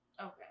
Okay